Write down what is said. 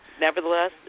nevertheless